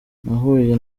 nahuye